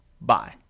bye